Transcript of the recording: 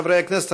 חברי הכנסת,